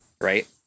Right